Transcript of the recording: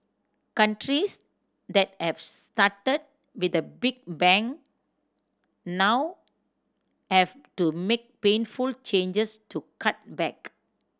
countries that have started with a big bang now have to make painful changes to cut back